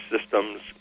systems